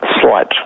slight